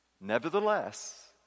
Nevertheless